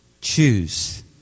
choose